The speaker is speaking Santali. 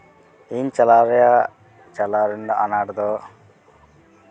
ᱤᱧ ᱪᱟᱞᱟᱣ ᱨᱮᱭᱟᱜ ᱪᱟᱞᱟᱣ ᱨᱮᱱᱟᱜ ᱟᱱᱟᱴ ᱫᱚ